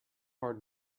heart